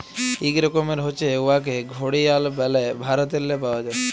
ইক রকমের হছে উয়াকে ঘড়িয়াল ব্যলে ভারতেল্লে পাউয়া যায়